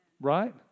Right